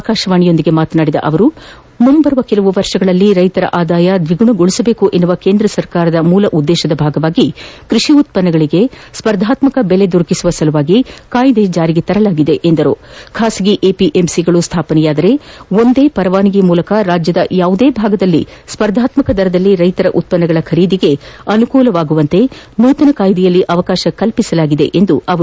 ಆಕಾಶವಾಣಿಯೊಂದಿಗೆ ಮಾತನಾಡಿದ ಅವರು ಮುಂದಿನ ಕೆಲವು ವರ್ಷಗಳಲ್ಲಿ ರೈತರ ಆದಾಯ ದ್ವಿಗುಣಗೊಳಿಸಬೇಕೆಂಬ ಕೇಂದ್ರ ಸರ್ಕಾರದ ಮೂಲ ಉದ್ದೇಶದ ಭಾಗವಾಗಿ ಕೃಷಿಉತ್ವನ್ನಗಳಿಗೆ ಸ್ಪರ್ಧಾತ್ಮಕ ಬೆಲೆ ದೊರಕಿಸುವ ಸಲುವಾಗಿ ಕಾಯ್ದೆ ಜಾರಿಗೆ ತರಲಾಗಿದೆ ಎಂದರು ಖಾಸಗಿ ಎಪಿಎಂಸಿಗಳು ಸ್ಥಾಪನೆಯಾದರೆ ಒಂದೇ ಪರವಾನಗಿ ಮೂಲಕ ರಾಜ್ಯದ ಯಾವುದೇ ಭಾಗದಲ್ಲಿ ಸ್ಪರ್ಧಾತ್ಮಕ ದರದಲ್ಲಿ ರೈತರ ಉತ್ವನ್ನಗಳ ಖರೀದಿಗೆ ಅನುಕೂಲವಾಗುವಂತೆ ನೂತನ ಕಾಯ್ದೆಯಲ್ಲಿ ಅವಕಾಶ ಕಲ್ಪಿಸಲಾಗಿದೆ ಎಂದರು